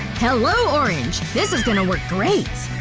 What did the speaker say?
hello, orange! this is gonna work great!